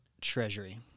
Treasury